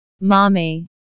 Mommy